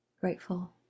grateful